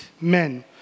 men